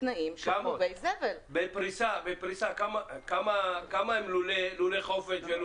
בפריסה, כמה הם לולי חופש?